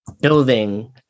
building